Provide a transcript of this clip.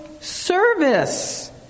service